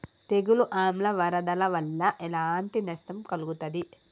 తెగులు ఆమ్ల వరదల వల్ల ఎలాంటి నష్టం కలుగుతది?